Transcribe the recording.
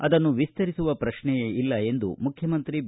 ಅದನ್ನು ವಿಸ್ತರಿಸುವ ಪ್ರಕ್ನ ಇಲ್ಲ ಎಂದು ಮುಖ್ಯಮಂತ್ರಿ ಬಿ